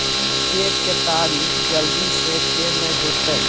के केताड़ी जल्दी से के ना होते?